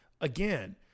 again